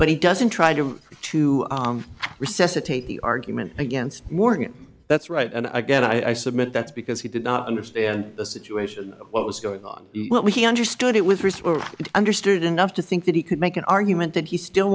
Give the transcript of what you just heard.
but he doesn't try to go to recess or take the argument against morgan that's right and again i submit that's because he did not understand the situation what was going on but we understood it was research and understood enough to think that he could make an argument that he still